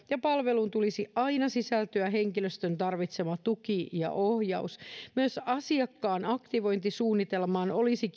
ja palveluun tulisi aina sisältyä henkilön tarvitsema tuki ja ohjaus myös asiakkaan aktivointisuunnitelmaan olisi